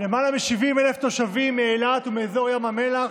למעלה מ-70,000 תושבים מאילת ואזור ים המלח,